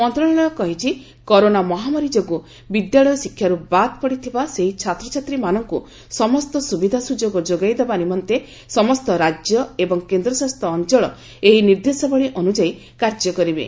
ମନ୍ତ୍ରଣାଳୟ କହିଛି କରୋନା ମହାମାରୀ ଯୋଗୁଁ ବିଦ୍ୟାଳୟ ଶିକ୍ଷାରୁ ବାଦ୍ ପଡିଥିବା ସେହି ଛାତ୍ରଛାତ୍ରୀମାନଙ୍କୁ ସମସ୍ତ ସୁବିଧା ସୁଯୋଗ ଯୋଗାଇଦେବା ନିମନ୍ତେ ସମସ୍ତ ରାଜ୍ୟ ଏବଂ କେନ୍ଦ୍ରଶାସିତ ଅଞ୍ଚଳ ଏହି ନିର୍ଦ୍ଦେଶାବଳୀ ଅନୁଯାୟୀ କାର୍ଯ୍ୟ କରିବେ